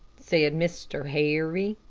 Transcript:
said mr. harry,